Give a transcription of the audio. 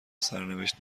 سرنوشت